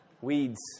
Weeds